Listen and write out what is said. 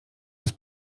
roz